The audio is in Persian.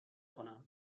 کنم